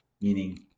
Meaning